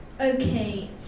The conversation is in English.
Okay